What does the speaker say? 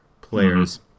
players